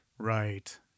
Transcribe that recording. Right